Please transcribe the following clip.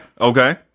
okay